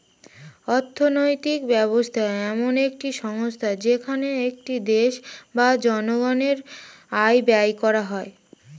অর্থনৈতিক ব্যবস্থা এমন একটি সংস্থা যেখানে একটি দেশ বা জনগণের আয় ব্যয় করা হয়